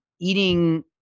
eating